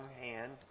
hand